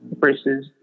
versus